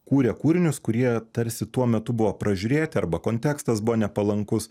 kūrė kūrinius kurie tarsi tuo metu buvo pražiūrėti arba kontekstas buvo nepalankus